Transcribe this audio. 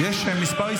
והם יבואו לדיון נפרד.